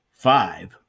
five